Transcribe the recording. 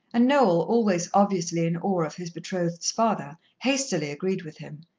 and noel, always obviously in awe of his betrothed's father, hastily agreed with him.